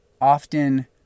often